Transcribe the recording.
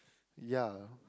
ya